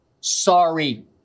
sorry